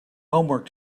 homework